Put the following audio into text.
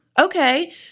okay